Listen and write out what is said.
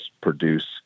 produce